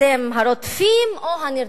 אתם הרודפים או הנרדפים?